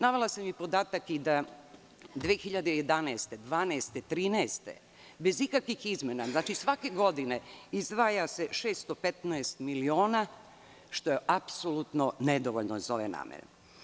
Navela sam i podatak da 2011, 2012. i 2013. godine, bez ikakvih izmena, znači svake godine izdvaja se 615 miliona, što je apsolutno nedovoljno za ove namene.